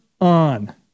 on